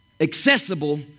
accessible